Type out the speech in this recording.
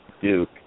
Duke